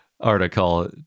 article